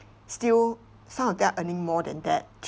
still some of them earning more than that